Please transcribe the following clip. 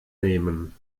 nehmen